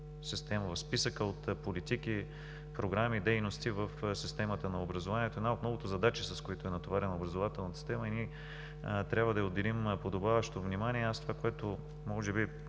система, в списъка от политики, програми и дейности в системата на образованието; една от многото задачи, с които е натоварена образователната система, и ние трябва да й отделим подобаващо внимание. Това, което може би